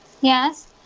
Yes